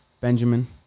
Benjamin